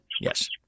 yes